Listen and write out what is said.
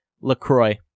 LaCroix